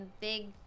big